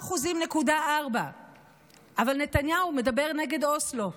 10.4%. אבל נתניהו מדבר נגד אוסלו.